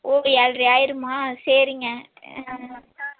ஓ ஏழ்ரை ஆய்டுமா சரிங்க